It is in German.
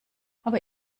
aber